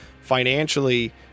financially